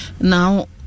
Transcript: Now